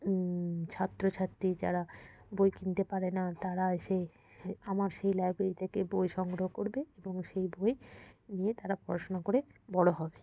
ছাত্রছাত্রী যারা বই কিনতে পারে না তারা এসে আমার সেই লাইব্রেরি থেকে বই সংগ্রহ করবে এবং সেই বই নিয়ে তারা পড়াশোনা করে বড় হবে